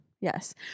Yes